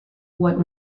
what